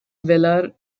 velar